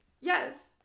Yes